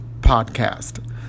Podcast